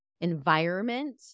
environment